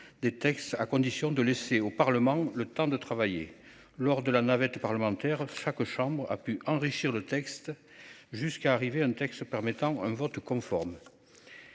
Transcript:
des textes à condition de laisser au Parlement le temps de travailler lors de la navette parlementaire chaque chambre a pu enrichir le texte, jusqu'à arriver un texte permettant un vote conforme.